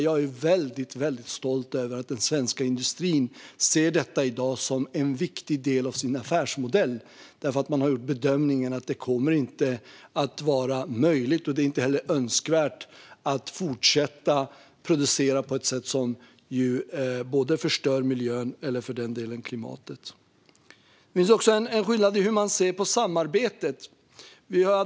Jag är väldigt stolt över att den svenska industrin i dag ser detta som en viktig del av sin affärsmodell. Man har nämligen gjort bedömningen att det inte kommer att vara möjligt - och inte heller önskvärt - att fortsätta producera på ett sätt som förstör miljön eller för den delen klimatet. Det finns också en skillnad i hur vi ser på samarbetet.